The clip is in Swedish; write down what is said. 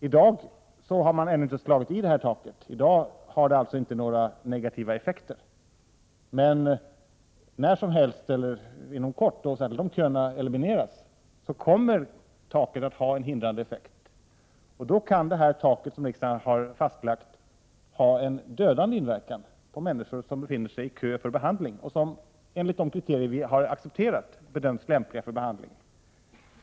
I dag har man ännu inte slagit i detta tak, därför har det ännu inte fått några negativa effekter, men inom kort, och särskilt om köerna elimineras, kommer taket att ha en hindrande effekt. Då kan det tak som riksdagen har fastlagt ha en dödande inverkan på människor som befinner sig i kö för behandling och som enligt de kriterier som har accepterats bedöms lämpliga för behandling.